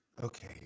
Okay